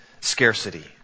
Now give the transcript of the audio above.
scarcity